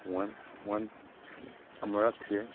one ꯋꯥꯟ ꯑꯃꯨꯔꯛꯁꯦ